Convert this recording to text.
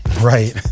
right